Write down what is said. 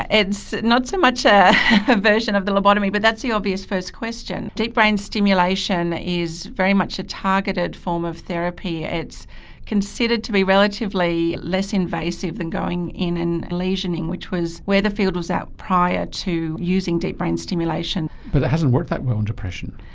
ah it's not so much a version of the lobotomy but that's the obvious first question. deep brain stimulation is very much a targeted form of therapy. it's considered to be relatively less invasive than going in and lesioning which was where the field was at prior to using deep brain stimulation. but it hasn't worked that well in depression.